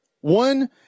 One